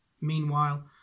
Meanwhile